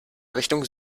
richtung